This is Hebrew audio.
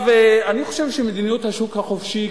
אני חושב שמדיניות השוק החופשי,